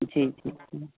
जी जी जी